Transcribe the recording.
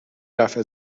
رفع